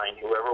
whoever